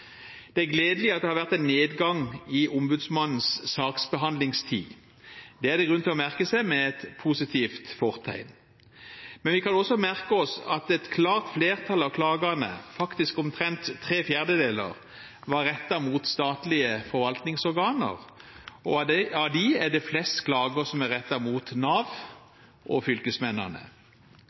Det er gledelig at det har vært en nedgang i ombudsmannens saksbehandlingstid. Det er det grunn til å merke seg med et positivt fortegn. Men vi kan også merke oss at et klart flertall av klagene, faktisk omtrent tre fjerdedeler, var rettet mot statlige forvaltningsorganer, og av dem er det flest klager som er rettet mot Nav og fylkesmennene.